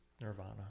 Nirvana